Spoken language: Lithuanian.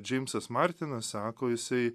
džeimsas martinas sako jisai